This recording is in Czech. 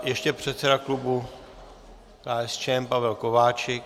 Ještě předseda klubu KSČM Pavel Kováčik.